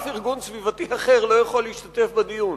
שום ארגון סביבתי אחר לא יכול להשתתף בדיון.